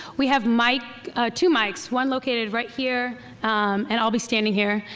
we have like two mics. one located right here and i'll be standing here.